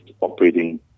operating